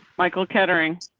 michael cattering